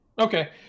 Okay